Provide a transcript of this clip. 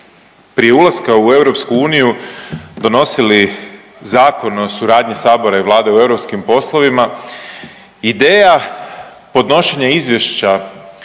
prije ulaska u EU donosili Zakon o suradnji Sabora i Vlade u europskim poslovima, ideja podnošenja izvješća